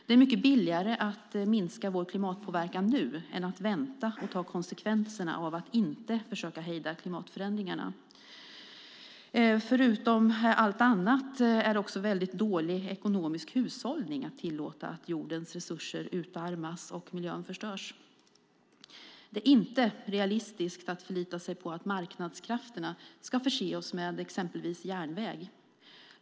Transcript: Det är mycket billigare att minska vår klimatpåverkan nu än att vänta och ta konsekvenserna av att inte försöka hejda klimatförändringarna. Förutom allt annat är det också dålig ekonomisk hushållning att tillåta att jordens resurser utarmas och miljön förstörs. Det är inte realistiskt att förlita sig på att marknadskrafterna ska förse oss med exempelvis järnväg.